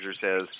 says